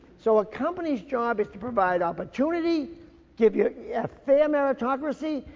so a companies job is to provide opportunity give you yeah a fair meritocracy,